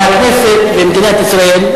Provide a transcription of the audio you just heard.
אבל הכנסת ומדינת ישראל,